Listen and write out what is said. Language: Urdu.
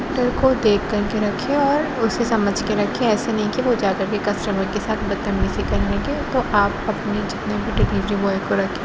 کو دیکھ کر کے رکھیں اور اُسے سمجھ کے رکھیں ایسے نہیں کہ وہ جا کر کے کسٹمر کے ساتھ بدتمیزی کرنے لگے تو آپ اپنی جتنی بھی ڈیلیوری بوائے کو رکھیں